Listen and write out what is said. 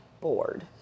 bored